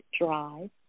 drive